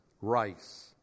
rice